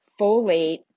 Folate